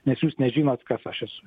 nes jūs nežinot kas aš esu